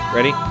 Ready